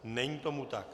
Není tomu tak.